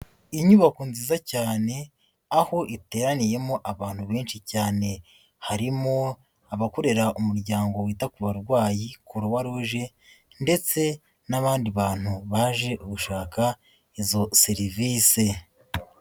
Inyubako nziza cyane, aho iteraniyemo abantu benshi cyane, harimo abakorera Umuryango wita ku barwayiCroix rouge ndetse n'abandi bantu baje gushaka izo serivisi.